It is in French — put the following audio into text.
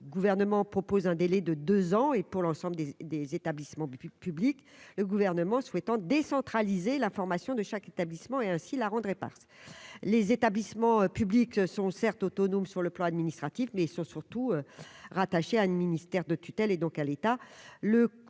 le gouvernement propose un délai de 2 ans et pour l'ensemble des des établissements publics public le gouvernement souhaitant décentraliser la formation de chaque établissement et ainsi la rendre par les établissements publics sont certes autonome sur le plan administratif mais sont surtout rattaché à une ministère de tutelle et donc à l'État,